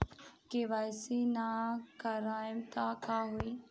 KYC ना करवाएम तब का होई?